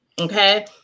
Okay